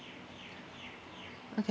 okay